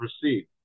proceed